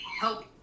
help